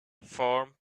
form